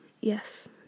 Yes